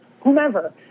whomever